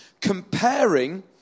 comparing